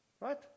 right